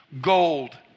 gold